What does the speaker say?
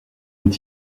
est